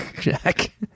Jack